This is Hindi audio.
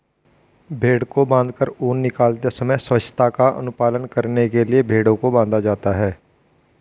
भेंड़ को बाँधकर ऊन निकालते समय स्वच्छता का अनुपालन करने के लिए भेंड़ों को बाँधा जाता है